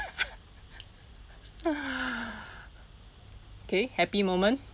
okay happy moment